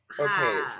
Okay